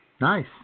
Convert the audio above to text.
Nice